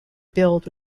billed